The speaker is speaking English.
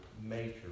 major